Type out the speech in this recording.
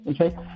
Okay